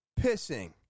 pissing